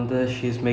okay